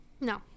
No